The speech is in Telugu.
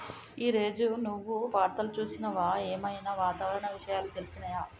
ఈ రోజు నువ్వు వార్తలు చూసినవా? ఏం ఐనా వాతావరణ విషయాలు తెలిసినయా?